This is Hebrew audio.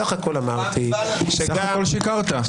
בסך הכול אמרתי --- בסך הכול שיקרת.